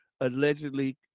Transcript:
allegedly